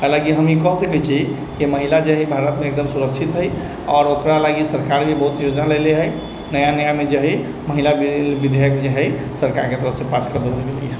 हालाँकि हम ई कहि सकै छी की महिला जे है भारतमे एकदम सुरक्षित है आओर ओकरा लागी सरकार भी बहुत योजना लै ले है नया नयामे जे है महिला बिल विधेयक जे है सरकारके तरफसँ पास भेलै हँ